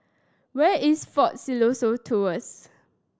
where is Fort Siloso Tours